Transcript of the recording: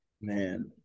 Man